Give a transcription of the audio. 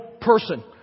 person